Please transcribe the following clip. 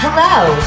Hello